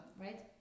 right